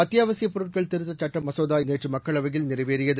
அத்தியாவசியப் பொருட்கள் திருத்தச் சட்ட மசோதா நேற்று மக்களவையில் நிறைவேறியது